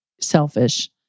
selfish